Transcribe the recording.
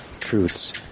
truths